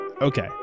Okay